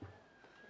דקות,